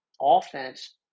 offense